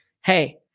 hey